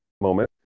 moment